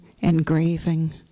engraving